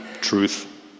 truth